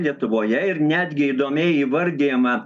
lietuvoje ir netgi įdomiai įvardijama